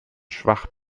schwach